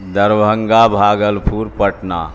Darbhanga Bhagalpur Patna